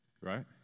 Right